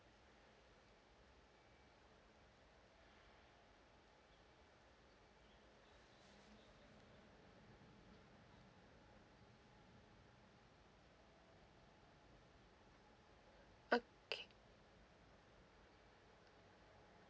okay